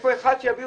איפה אחד, שיביאו.